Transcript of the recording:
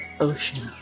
ocean